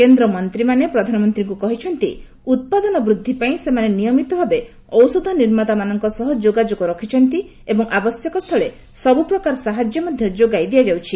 କେନ୍ଦ୍ରମନ୍ତ୍ରୀମାନେ ପ୍ରଧାନମନ୍ତ୍ରୀଙ୍କୁ କହିଛନ୍ତି ଉତ୍ପାଦନ ବୃଦ୍ଧି ପାଇଁ ସେମାନେ ନିୟମିତଭାବେ ଔଷଧ ନିର୍ମାତାମାନଙ୍କ ସହ ଯୋଗାଯୋଗ ରଖିଛନ୍ତି ଏବଂ ଆବଶ୍ୟକସ୍ଥଳେ ସବୁପ୍ରକାର ସାହାଯ୍ୟ ମଧ୍ୟ ଯୋଗାଇ ଦିଆଯାଉଛି